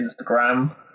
Instagram